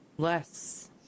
Less